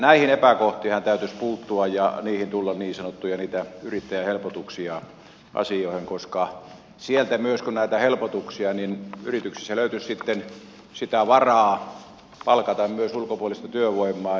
näihin epäkohtiinhan täytyisi puuttua ja niihin tulla niin sanottuja yrittäjähelpotuksia asioihin koska sinne kun näitä helpotuksia tulisi niin yrityksissä löytyisi sitten sitä varaa palkata myös ulkopuolista työvoimaa